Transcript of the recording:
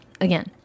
Again